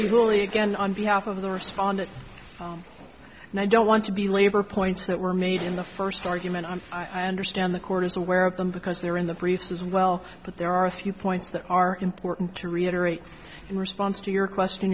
usually again on behalf of the respondent and i don't want to be labor points that were made in the first argument and i understand the court is aware of them because they're in the briefs as well but there are a few points that are important to reiterate in response to your question